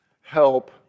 help